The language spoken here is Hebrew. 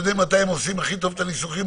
נו בנוסח בעקבות שיח שהיה לנו עם נציגי הממשלה